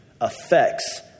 affects